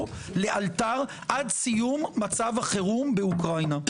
לאלתר עד סיום מצב החירום באוקראינה,